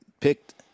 Picked